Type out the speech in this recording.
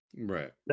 right